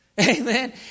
Amen